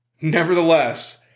Nevertheless